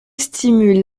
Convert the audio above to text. stimule